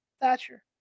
Thatcher